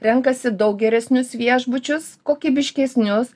renkasi daug geresnius viešbučius kokybiškesnius